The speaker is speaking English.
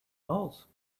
else